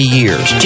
years